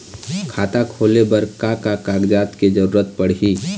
खाता खोले बर का का कागजात के जरूरत पड़ही?